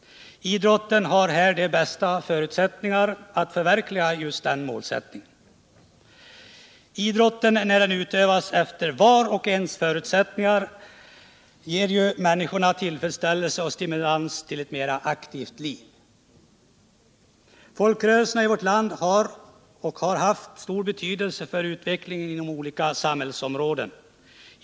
Idrotten har de bästa förutsättningar att förverkliga denna målsättning. Idrotten ger när den utövas efter vars och ens förutsättningar människorna tillfredsställelse och stimulans till ett mer aktivt liv. Folkrörelserna i vårt land har och har haft stor betydelse för utvecklingen inom olika samhällsområden.